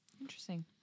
Interesting